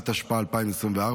התשפ"ה 2024,